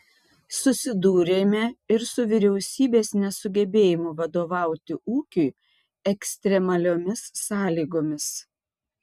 susidūrėme ir su vyriausybės nesugebėjimu vadovauti ūkiui ekstremaliomis sąlygomis